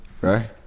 right